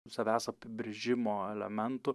savęs apibrėžimo elementų